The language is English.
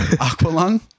Aqualung